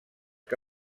que